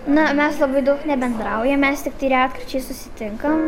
na mes labai daug nebendraujam mes tiktai retkarčiais susitinkam